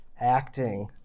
acting